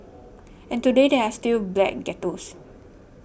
and today there are still black ghettos